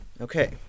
Okay